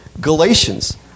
Galatians